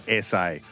SA